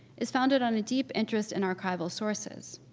is founded on a deep interest in archival sources.